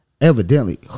evidently